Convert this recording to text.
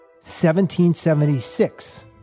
1776